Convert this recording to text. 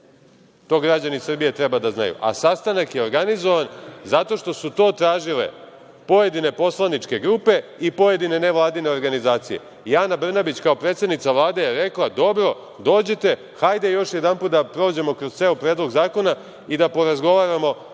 To građani Srbije treba da znaju. Sastanak je organizovan zato što su to tražile pojedine poslaničke grupe i pojedine nevladine organizacija i Ana Brnabić, kao predsednica Vlade je rekla- dobro, dođite, hajde još jedanput da prođemo koz ceo Predlog zakona i da porazgovarao